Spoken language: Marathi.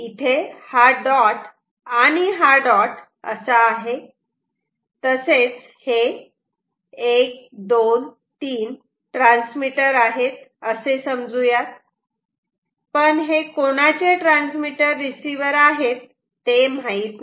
इथे हा डॉट आणि हा डॉट असा आहे तसेच हे 1 2 3 ट्रान्समीटर आहेत असे समजू यात पण हे कोणाचे ट्रान्समीटर रिसिवर आहेत ते माहीत नाही